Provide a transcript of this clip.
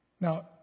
Now